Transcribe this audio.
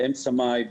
באמצע מאי,